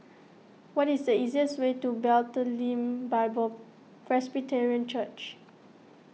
what is the easiest way to Bethlehem Bible Presbyterian Church